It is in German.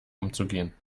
umzugehen